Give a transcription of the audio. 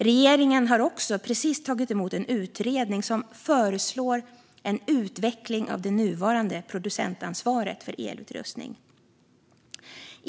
Regeringen har också precis tagit emot en utredning som föreslår en utveckling av det nuvarande producentansvaret för elutrustning.